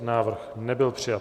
Návrh nebyl přijat.